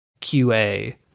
QA